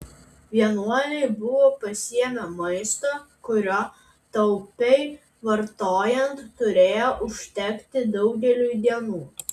vienuoliai buvo pasiėmę maisto kurio taupiai vartojant turėjo užtekti daugeliui dienų